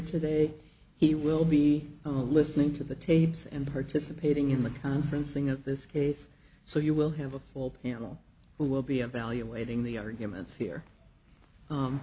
today he will be listening to the tapes and participating in the conferencing in this case so you will have a full panel who will be a valuating the arguments here